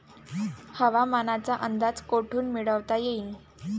हवामानाचा अंदाज कोठून मिळवता येईन?